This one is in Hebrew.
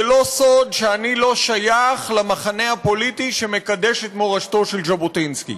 זה לא סוד שאני לא שייך למחנה הפוליטי שמקדש את מורשתו של ז'בוטינסקי.